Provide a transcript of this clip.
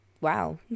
wow